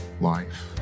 life